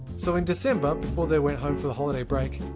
so in december before they went home for holiday break,